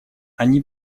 они